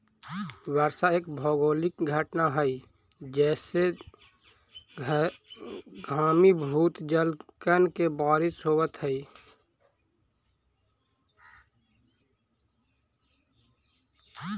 वर्षा एक भौगोलिक घटना हई जेसे घनीभूत जलकण के बारिश होवऽ हई